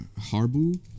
harbu